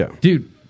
dude